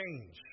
change